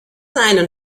einen